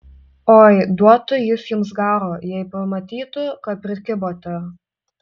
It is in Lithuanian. oi duotų jis jums garo jei pamatytų kad prikibote